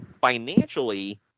financially